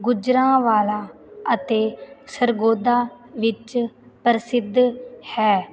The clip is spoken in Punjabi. ਗੁਜਰਾਂਵਾਲਾ ਅਤੇ ਸਰਗੋਦਾ ਵਿੱਚ ਪ੍ਰਸਿੱਧ ਹੈ